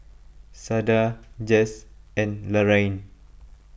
Sada Jess and Laraine